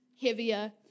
heavier